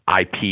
IP